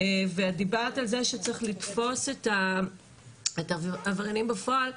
ואת דיברת על זה שצריך לתפוס את העבריינים בפועל,